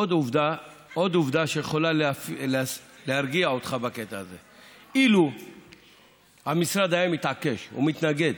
עוד עובדה שיכולה להרגיע אותך בקטע הזה: אילו המשרד היה מתעקש ומתנגד